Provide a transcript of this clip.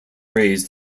raised